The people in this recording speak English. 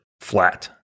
flat